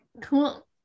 Cool